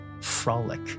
frolic